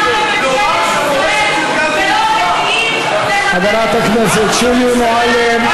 יצחק וקנין: חברת הכנסת שולי מועלם.